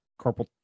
carpal